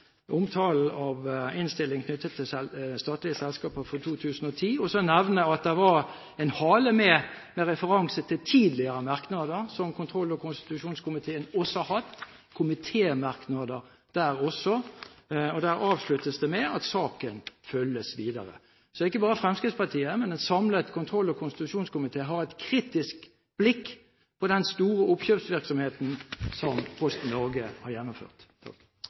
omtalen av innstillingen knyttet til statlige selskaper for 2010 – at det var med en hale med referanser til tidligere komitémerknader som kontroll- og konstitusjonskomiteen også har hatt med. Der avsluttes det med at saken følges videre. Det er altså ikke bare Fremskrittspartiet, men også en samlet kontroll- og konstitusjonskomité, som har et kritisk blikk på den store oppkjøpsvirksomheten som Posten Norge AS har gjennomført.